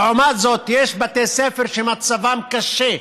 לעומת זאת, יש בתי ספר שמצבם קשה,